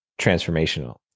transformational